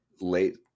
late